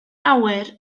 awyr